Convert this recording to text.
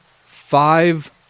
five